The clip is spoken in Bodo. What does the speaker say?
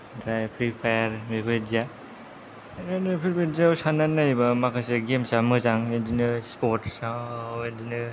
ओमफ्राय फ्रिफायार बेबायदिया आरो नैफेरबादियाव साननानै नायोब्ला माखासे गेम्सा मोजां बिदिनो स्पर्ट्साव बिदिनो